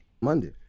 Monday